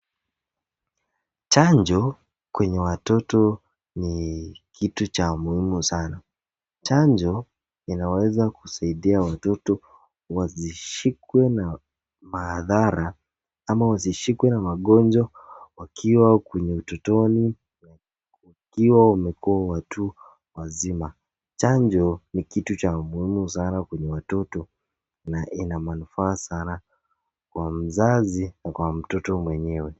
Chanjo kwenye watoto ni kitu Cha muhimu saana. Chanjo inaweza kusaidia watoto wasishikwe na madhara ma wasishikwe na magongwa wakiwa kwenye utotoni na ikiwa wamekuwa watu wazima .Chanjo ni kitu cha muhimu saana kwenye wa toto na ina manufaa saana kwa mzazi na kwa mtoto mwenyewe.